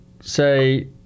say